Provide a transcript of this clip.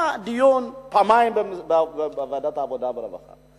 פעמיים היה דיון על זה בוועדת העבודה והרווחה.